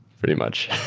pretty much.